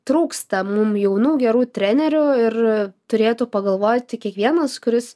trūksta mum jaunų gerų trenerių ir turėtų pagalvoti kiekvienas kuris